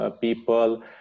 people